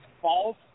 false